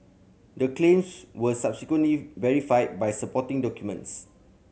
the claims were subsequently verified by supporting documents